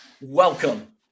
Welcome